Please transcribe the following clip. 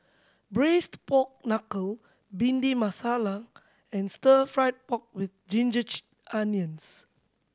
Braised Pork Knuckle Bhindi Masala and stir fried pork with ginger onions